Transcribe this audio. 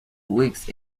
weeks